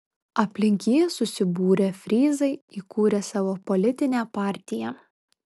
aplink jį susibūrę fryzai įkūrė savo politinę partiją